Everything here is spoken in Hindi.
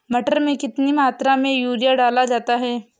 मटर में कितनी मात्रा में यूरिया डाला जाता है?